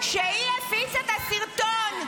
-- שהיא הפיצה את הסרטון.